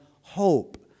hope